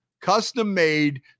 custom-made